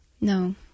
No